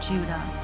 Judah